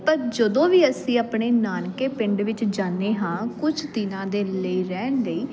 ਪਰ ਜਦੋਂ ਵੀ ਅਸੀਂ ਆਪਣੇ ਨਾਨਕੇ ਪਿੰਡ ਵਿੱਚ ਜਾਂਦੇ ਹਾਂ ਕੁਛ ਦਿਨਾਂ ਦੇ ਲਈ ਰਹਿਣ ਲਈ